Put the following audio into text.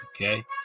Okay